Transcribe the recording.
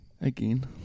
Again